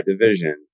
division